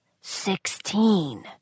Sixteen